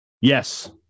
Yes